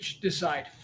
decide